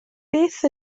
beth